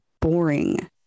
Boring